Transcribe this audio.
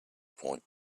point